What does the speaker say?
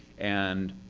and